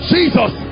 Jesus